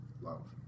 Love